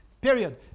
Period